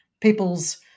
people's